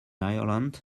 ireland